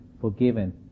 forgiven